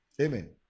Amen